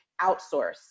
outsource